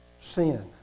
sin